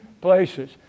places